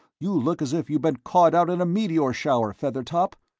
you look as if you'd been caught out in a meteor shower, feathertop!